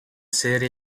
city